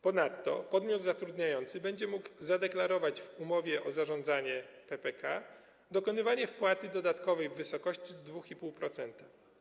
Ponadto podmiot zatrudniający będzie mógł zadeklarować w umowie o zarządzanie PPK dokonywanie wpłaty dodatkowej w wysokości 2,5%.